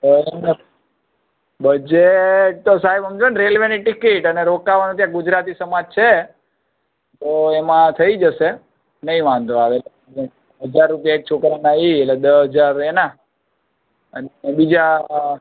તો બજેટ તો સાહેબ સમજો ને રેલવેની ટિકિટ અને રોકાવાનું ત્યાં ગુજરાતી સમાજ છે તો એમાં થઈ જશે નહીં વાંધો આવે હજાર રૂપિયા એક છોકરાના એ એટલે દસ હજાર એના અને બીજા